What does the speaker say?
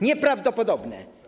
Nieprawdopodobne.